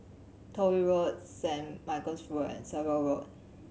Toh Yi Road Saint Michael's Road and Percival Road